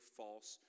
false